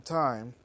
time